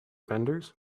vendors